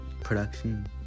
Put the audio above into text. production